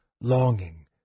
longing